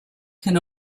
can